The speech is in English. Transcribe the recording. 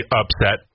upset